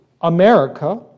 America